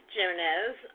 Jimenez